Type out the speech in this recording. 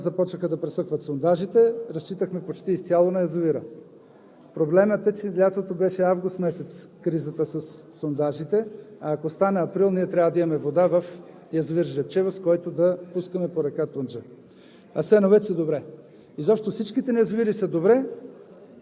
успяхме. Язовирът се задържа на добро ниво, но лятото, когато започнаха да пресъхват сондажите, разчитахме почти изцяло на язовира. Проблемът е, че лятото, месец август, беше кризата със сондажите, но ако стане през април, ние трябва да имаме вода в язовир „Жребчево“, от който да пускаме по река Тунджа.